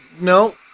no